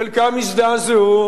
רבים יותר יזדעזעו.